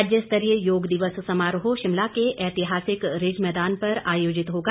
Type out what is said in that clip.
राज्य स्तरीय योग दिवस समारोह शिमला के ऐतिहासिक रिज मैदान पर आयोजित होगा